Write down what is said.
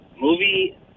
movie